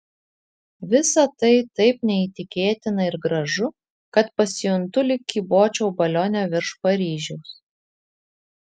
visa tai taip neįtikėtina ir gražu kad pasijuntu lyg kybočiau balione virš paryžiaus